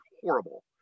horrible